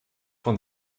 von